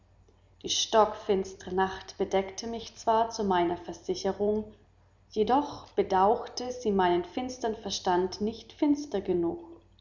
die stockfinstre nacht bedeckte mich zwar zu meiner versicherung jedoch bedauchte sie meinen finstern verstand nicht finster genug